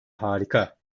harika